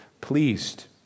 pleased